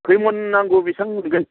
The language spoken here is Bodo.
खैमन नांगौ बेसां हरगोन